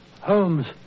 Holmes